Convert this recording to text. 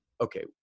okay